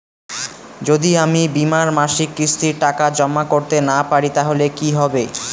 যদি আমি বীমার মাসিক কিস্তির টাকা জমা করতে না পারি তাহলে কি হবে?